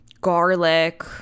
garlic